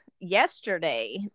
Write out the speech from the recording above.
yesterday